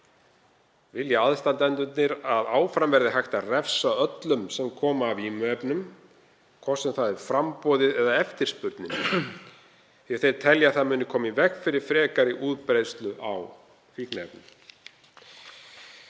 Vilja aðstandendurnir að áfram verði hægt að refsa öllum sem koma að vímuefnum, hvort sem það er framboðið eða eftirspurnin, því að þeir telja að það muni koma í veg fyrir frekari útbreiðslu á fíkniefnum.